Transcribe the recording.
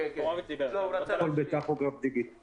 אני רק אפנה את תשומת לבכם לכך שסעיף קטן (ח)